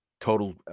Total